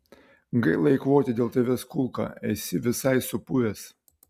gaila eikvoti dėl tavęs kulką esi visai supuvęs